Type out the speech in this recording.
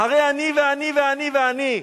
אחרי "אני, אני, אני ואני",